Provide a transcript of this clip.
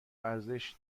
ارزش